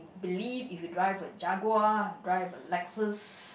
believe if you drive a Jaguar drive a Lexus